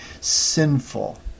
sinful